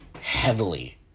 heavily